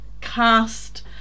cast